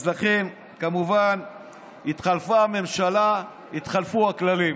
אז לכן כמובן התחלפה הממשלה, התחלפו הכללים.